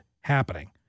happening